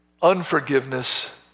Unforgiveness